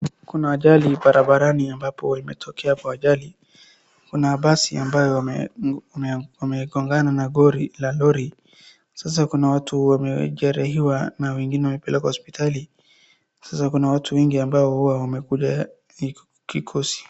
Kuna ajali barabarani ambapo imetokea kwa ajali, kuna basi ambayo imegongana na lori, sasa kuna watu wamejeruhiwa na wengine wamepelekwa hospitali, sasa kuna watu wengi ambao hua wamekula kikosi.